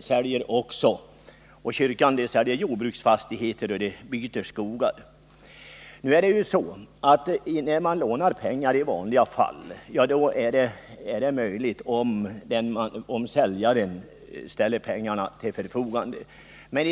säljer också, och kyrkan säljer jordbruksfastigheter och byter skog. I vanliga fall kan man låna pengar om säljaren sätter in pengarna i vederbörande bank.